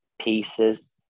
pieces